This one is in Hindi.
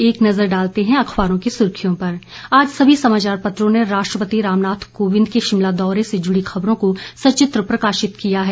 एक नज़र अखबारों की सुर्खियों पर आज सभी समाचार पत्रों ने राष्ट्रपति रामनाथ कोविंद के शिमला दौरे से जुड़ी खबरों को सचित्र प्रकाशित किया है